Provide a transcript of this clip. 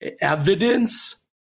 evidence